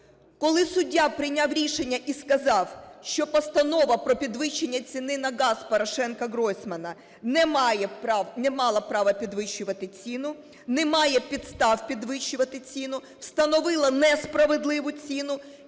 коли суддя прийняв рішення і сказав, що Постанова про підвищення ціни на газ Порошенка-Гройсмана не мала права підвищувати ціну, немає підстав підвищувати ціну, встановила несправедливу ціну